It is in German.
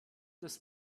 des